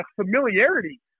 familiarity